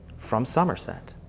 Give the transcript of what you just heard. from somerset.